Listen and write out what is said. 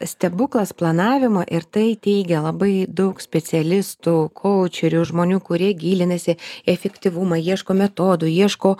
stebuklas planavimo ir tai teigia labai daug specialistų koučerių ir žmonių kurie gilinasi į efektyvumą ieško metodų ieško